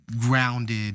grounded